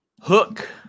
Hook